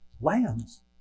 lambs